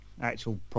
actual